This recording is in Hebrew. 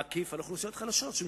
העלית את מס ערך מוסף ב-1%,